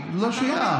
לא שייך.